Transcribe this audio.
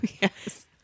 Yes